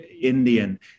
Indian